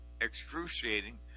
excruciating